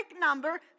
number